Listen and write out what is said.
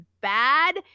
bad